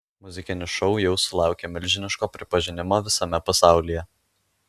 muzikinis šou jau sulaukė milžiniško pripažinimo visame pasaulyje